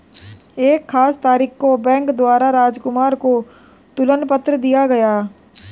एक खास तारीख को बैंक द्वारा राजकुमार को तुलन पत्र दिया गया